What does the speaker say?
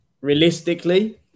realistically